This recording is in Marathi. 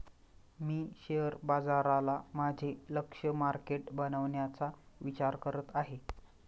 मी शेअर बाजाराला माझे लक्ष्य मार्केट बनवण्याचा विचार करत आहे